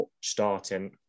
starting